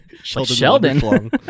Sheldon